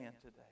today